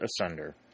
asunder